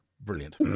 Brilliant